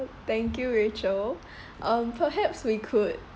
thank you rachel um perhaps we could